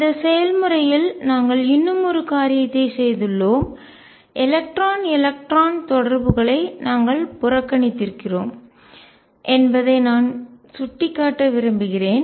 இந்த செயல்முறை யில் நாங்கள் இன்னும் ஒரு காரியத்தைச் செய்துள்ளோம் எலக்ட்ரான் எலக்ட்ரான் தொடர்புகளை நாங்கள் புறக்கணித்திருக்கிறோம் என்பதை நான் சுட்டிக்காட்ட வேண்டும்